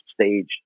stage